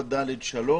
4(ד)(3)